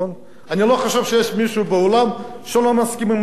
אני לא חושב שיש מישהו באולם שלא מסכים לביטוי הזה.